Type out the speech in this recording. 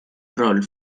rol